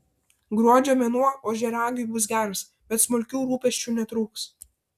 gruodžio mėnuo ožiaragiui bus geras bet smulkių rūpesčių netrūks